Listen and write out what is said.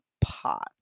pot